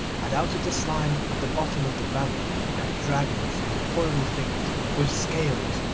and out of the slime at the bottom of the valley crept dragons and horrible things with scales,